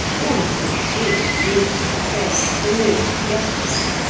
all of which is, needless to say, the merest guesswork,